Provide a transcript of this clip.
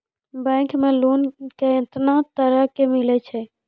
Bank मे loan कैतना तरह के मिलै छै?